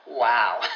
wow